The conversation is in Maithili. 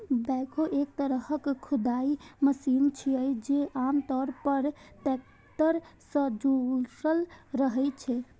बैकहो एक तरहक खुदाइ मशीन छियै, जे आम तौर पर टैक्टर सं जुड़ल रहै छै